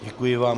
Děkuji vám.